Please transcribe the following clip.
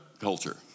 culture